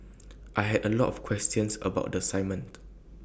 I had A lot of questions about the assignment